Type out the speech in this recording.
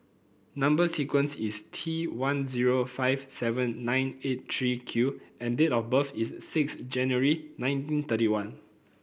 number sequence is T one zero five seven nine eight three Q and date of birth is six January nineteen thirty one